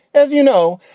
as you know,